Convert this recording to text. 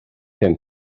pump